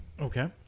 okay